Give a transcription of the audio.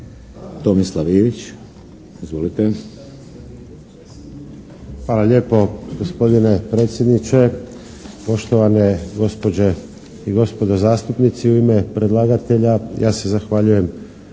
Tomislav (HDZ)** Hvala lijepo gospodine predsjedniče. Poštovane gospođe i gospodo zastupnici u ime predlagatelja ja se zahvaljujem